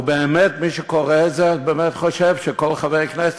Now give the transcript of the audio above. ובאמת מי שקורא את זה באמת חושב שכל חבר כנסת